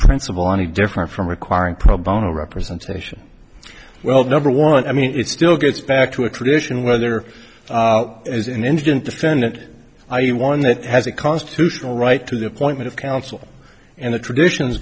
principle any different from requiring pro bono representation well number one i mean it still gets back to a tradition whether as an indigent defendant i e one that has a constitutional right to the appointment of counsel and the traditions